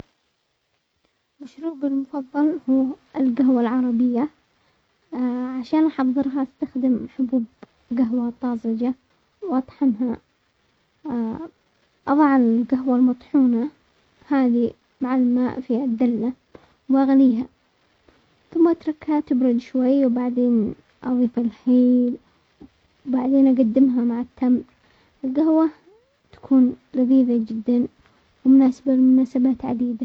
مشروبي المفضل هو القهوة العربية، عشان احضرها استخدم حبوب قهوة طازجة واطحنها، اضع القهوة المطحونة هذي مع الماء في الدلة واغليها، ثم اتركها تبرد شوي وبعدين اضيف الحليب بعدين اقدمها مع التمر، القهوة تكون لذيذة جدا ومناسبة للمناسبات عديدة.